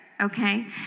Okay